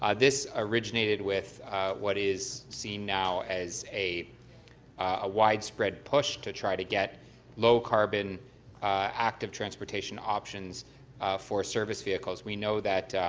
ah this originated with what is seen now as a ah widespread push to try to get low carbon active transportation options for service vehicles. we know that